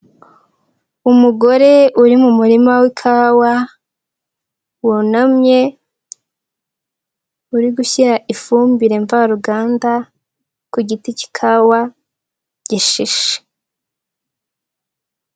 Umugore uri mu murima w'ikawa wunamye uri gushyira ifumbire mvaruganda ku giti cy'ikawa gishishe.